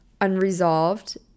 unresolved